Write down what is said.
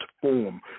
form